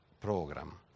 program